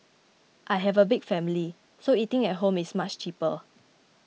I have a big family so eating at home is much cheaper